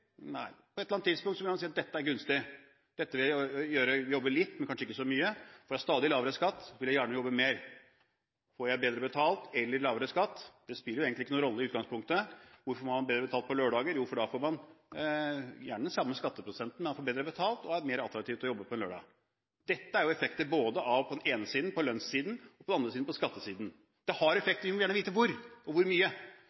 Nei. På et eller annet tidspunkt ville man si at dette er gunstig, dette vil jeg gjøre – jobbe litt, men kanskje ikke så mye. Blir det stadig lavere skatt, vil jeg gjerne jobbe mer. Får jeg bedre betalt eller lavere skatt? Det spiller jo i utgangspunktet egentlig ikke noen rolle. Man får bedre betalt på lørdager – man får gjerne den samme skatteprosenten, men altså bedre betalt, og det er da mer attraktivt å jobbe på en lørdag. Dette er jo effekter – på den ene side lønnssiden, og på den andre siden skattesiden. Det har